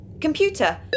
Computer